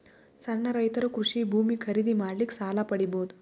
ಸಣ್ಣ ರೈತರು ಕೃಷಿ ಭೂಮಿ ಖರೀದಿ ಮಾಡ್ಲಿಕ್ಕ ಸಾಲ ಪಡಿಬೋದ?